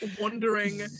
wondering